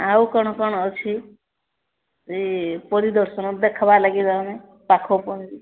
ଆଉ କ'ଣ କ'ଣ ଅଛି ସେଇ ପରିଦର୍ଶନ ଦେଖିବା ଲାଗି ତାମାନେ ପାଖ